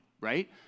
right